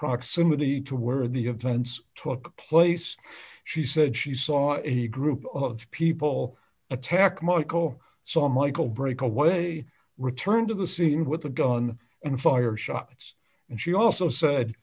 proximity to where the events took place she said she saw a group of people attack michael saw michael break away returned to the scene with a gun and fired shots and she also said